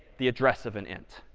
the address of an int.